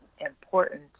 important